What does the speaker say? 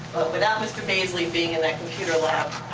without mr. baisley being in that computer lab,